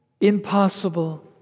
Impossible